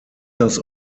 das